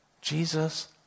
Jesus